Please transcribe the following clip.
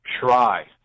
try